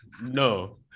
No